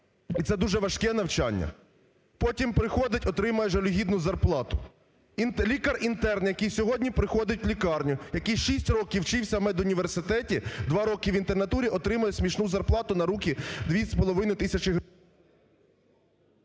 і це дуже важке навчання, потім приходить отримує жалюгідну заплату. Лікар-інтерн, який сьогодні приходить в лікарню, який шість років вчився в медуніверситеті, два роки в Інтернатурі отримує смішну зарплату на руки 2,5 тисячі гривень…